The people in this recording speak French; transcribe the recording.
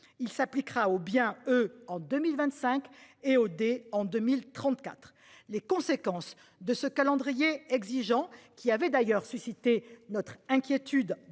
il s'appliquera aux bien eux en 2025 et au des, en 2034. Les conséquences de ce calendrier exigeant qui avait d'ailleurs suscité notre inquiétude